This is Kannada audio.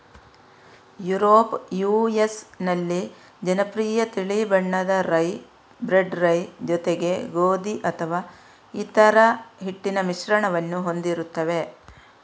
ಯುರೋಪ್ ಯು.ಎಸ್ ನಲ್ಲಿ ಜನಪ್ರಿಯ ತಿಳಿ ಬಣ್ಣದ ರೈ, ಬ್ರೆಡ್ ರೈ ಜೊತೆಗೆ ಗೋಧಿ ಅಥವಾ ಇತರ ಹಿಟ್ಟಿನ ಮಿಶ್ರಣವನ್ನು ಹೊಂದಿರುತ್ತವೆ